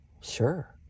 sure